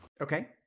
Okay